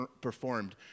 performed